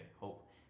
hope